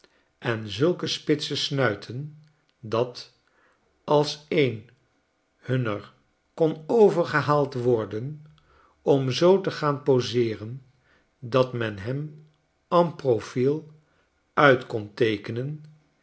en zulke spitse snuiten dat als een hunner kon overgehaald worden om zoo te gaan poseeren dat men hem en profiel uit kon teekenen